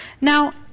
Now